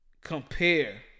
Compare